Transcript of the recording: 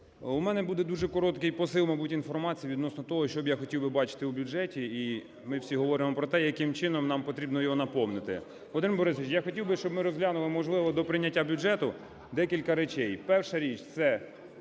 У мене буде дуже короткий посил, мабуть, інформації відносно того, що я хотів би бачити у бюджеті. І ми всі говоримо про те, яким чином нам потрібно його наповнити. Володимир Борисович, я хотів би, щоб ми розглянули, можливо, до прийняття бюджету декілька речей. Перша річ – це